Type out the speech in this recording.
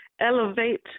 elevate